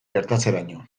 gertatzeraino